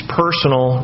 personal